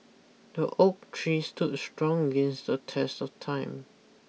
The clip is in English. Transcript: the oak tree stood strong against the test of time